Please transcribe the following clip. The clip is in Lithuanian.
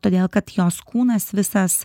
todėl kad jos kūnas visas